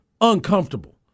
uncomfortable